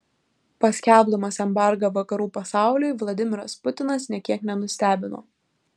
paskelbdamas embargą vakarų pasauliui vladimiras putinas nė kiek nenustebino